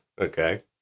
okay